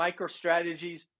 MicroStrategies